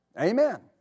Amen